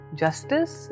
justice